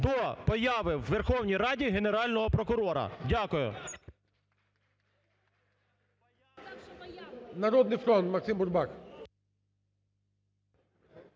до появи у Верховній Раді Генерального прокурора. Дякую.